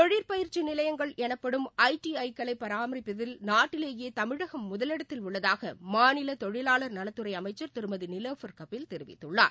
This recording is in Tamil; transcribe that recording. தொழிற் பயிற்சிநிலையங்கள் எனப்படும் ஐஷஐக்களைபராமரிப்பதில் நாட்டிலேயேதமிழகம் முதலிடத்தில் உள்ளதாகமாநிலதொழிவாளர் நலத்துறைஅமைச்சர் திருமதிநிலோஃபர் கஃபீல் தெரிவித்துள்ளார்